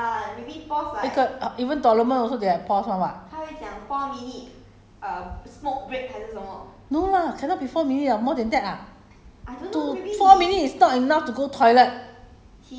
有你们有有打完一场 game 有有 rest 的 mah 一个 uh even tournament also they have pause [one] [what] no lah cannot be four minute lah more than that lah